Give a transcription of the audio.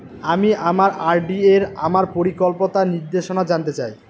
আমি আমার আর.ডি এর আমার পরিপক্কতার নির্দেশনা জানতে চাই